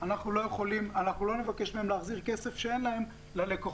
אנחנו לא נבקש מהן להחזיר כסף שאין להן ללקוחות.